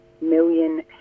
million